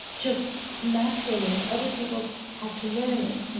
just naturally. other people have to learn it